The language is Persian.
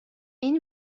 این